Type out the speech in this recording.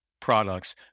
products